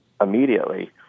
immediately